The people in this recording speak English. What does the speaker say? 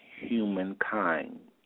humankind